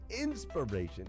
inspiration